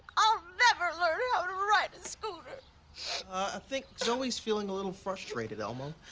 i'll never learn how to ride a scooter. i think zoe's feeling a little frustrated elmo.